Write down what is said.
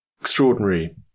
extraordinary